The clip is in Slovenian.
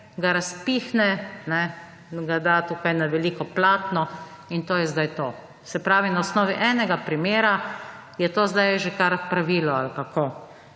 ga razpihne, ga da takoj na veliko platno in to je zdaj to. Se pravi, na osnovi enega primera je to zdaj že kar pravilo ali kako?